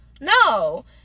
No